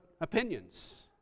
opinions